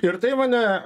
ir tai mane